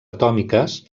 atòmiques